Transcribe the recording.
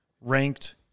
ranked